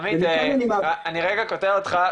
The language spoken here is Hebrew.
עמית, אני רגע קוטע אותך.